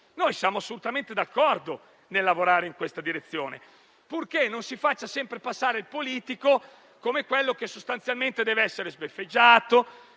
e siamo assolutamente d'accordo nel lavorare in questa direzione, purché non si faccia sempre passare il politico come quello che sostanzialmente deve essere sbeffeggiato,